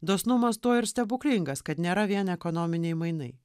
dosnumas tuo ir stebuklingas kad nėra vien ekonominiai mainai